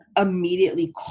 immediately